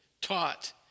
taught